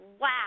Wow